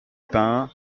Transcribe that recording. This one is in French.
pain